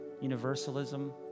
Universalism